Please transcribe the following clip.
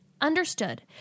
Understood